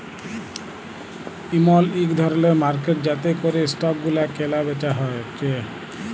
ইমল ইক ধরলের মার্কেট যাতে ক্যরে স্টক গুলা ক্যালা বেচা হচ্যে